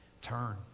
Turn